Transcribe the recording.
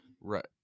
Right